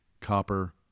copper